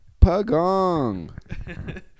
Pagong